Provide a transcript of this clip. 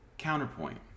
counterpoint